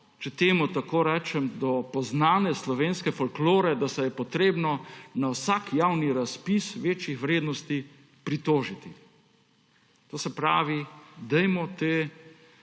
če temu tako rečem, do poznane slovenske folklore, da se je treba na vsak javni razpis večjih vrednosti pritožiti. Naše priporočilo je,